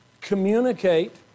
communicate